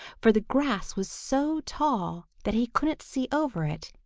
for the grass was so tall that he couldn't see over it,